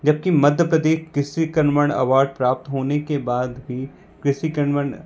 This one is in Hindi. जब कि मध्य प्रदेश कृषि कर्मण अवार्ड प्राप्त होने के बाद भी कृषि कर्मण